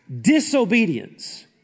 disobedience